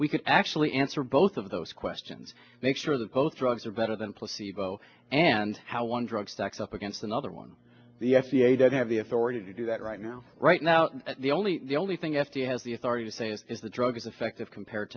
we could actually answer both of those questions make sure the post drugs are better than placebo and how one drug stacks up against another one the f d a doesn't have the authority to do that right now right now the only the only thing f d a has the authority to say is the drug is effective compared